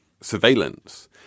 surveillance